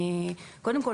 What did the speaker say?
קודם כל,